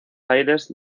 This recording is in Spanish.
aires